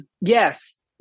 yes